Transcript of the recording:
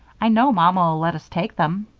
i know mother'll let us take them.